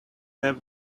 have